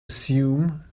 assume